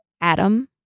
Adam